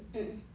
mmhmm